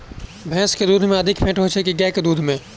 भैंस केँ दुध मे अधिक फैट होइ छैय या गाय केँ दुध में?